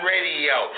Radio